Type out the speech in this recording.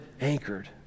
anchored